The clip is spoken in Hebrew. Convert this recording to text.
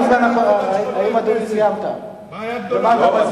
יש לי בעיה, בעיה גדולה.